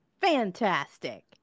Fantastic